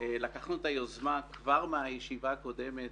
לקחנו את היוזמה וכבר מהישיבה הקודמת,